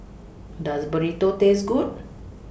Does Burrito Taste Good